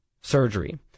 surgery